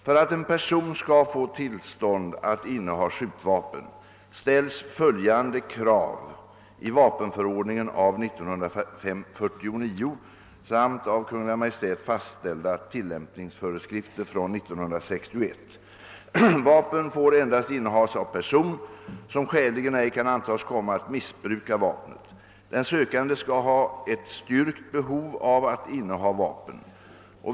För att en person skall få tillstånd att inneha skjutvapen ställs följande krav i vapenförordningen av 1949 samt av Kungl Maj:t fastställda tillämpningsföreskrifter från 1961: Vapen får endast innehas av person, som skäligen ej kan antas komma att missbruka vapnet. Den sökande skall ha ett styrkt behov av att inneha vapen.